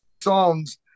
songs